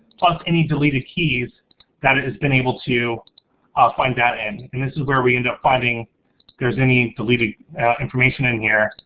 plus any deleted keys that it has been able to find that and. this is where we end up finding there's any deleted information in here,